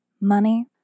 money